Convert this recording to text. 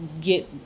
get